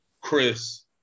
Chris